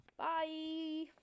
Bye